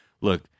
Look